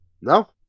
No